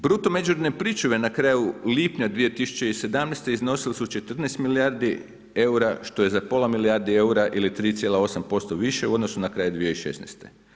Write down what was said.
Bruto međunarodne pričuve na kraju lipnja 2017. iznosile su 14 milijardi eura što je za pola milijardi eura ili 3,8% više u odnosu na kraj 2016.